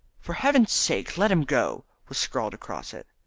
for heaven's sake let him go! was scrawled across it.